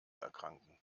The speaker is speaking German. erkranken